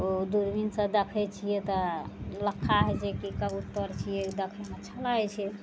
ओ दूरबीनसँ देखय छियै तऽ लक्खा होइ छै कि कबूतर छियै देखयमे अच्छा लागय छै